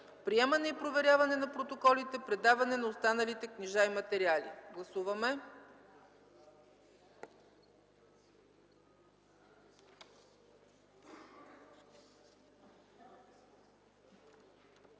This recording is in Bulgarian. „Приемане и проверяване на протоколите. Предаване на останалите книжа и материали.” Гласували